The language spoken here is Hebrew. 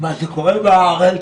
מה שקורה בארץ,